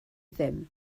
ddim